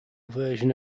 version